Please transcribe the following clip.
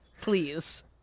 please